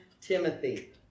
Timothy